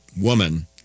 woman